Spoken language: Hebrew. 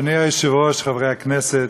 אדוני היושב-ראש, חברי הכנסת,